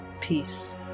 peace